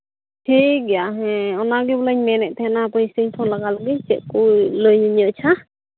ᱴᱷᱤᱠ ᱜᱮᱭᱟ ᱦᱮᱸ ᱚᱱᱟᱜᱮ ᱵᱚᱞᱮᱧ ᱢᱮᱱᱮᱫ ᱛᱟᱦᱮᱱᱟ ᱦᱟᱯᱳᱭ ᱥᱮᱧ ᱯᱷᱳᱱ ᱞᱟᱜᱟᱣ ᱞᱮᱜᱮ ᱪᱮᱫ ᱠᱚ ᱞᱟᱹᱭᱤᱧᱟᱹ ᱟᱪᱪᱷᱟ